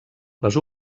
les